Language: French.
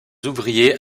ouvriers